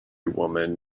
woman